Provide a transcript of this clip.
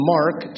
Mark